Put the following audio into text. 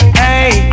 hey